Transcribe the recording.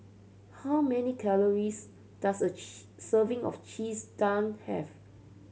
how many calories does a serving of Cheese Naan have